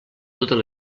totes